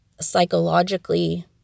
psychologically